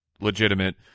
legitimate